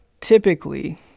typically